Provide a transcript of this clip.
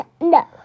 no